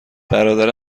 برادر